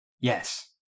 yes